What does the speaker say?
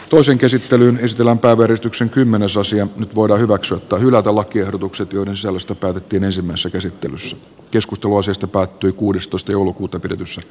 toisen käsittelyn estellen päävärityksen kymmenesosia voida hyväksyä tai hylätä lakiehdotukset joiden selusta palkattiin ensimmäiset esitti myös keskus tuosesta päättyy kuudestoista joulukuuta pidetyssä